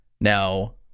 Now